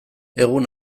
egun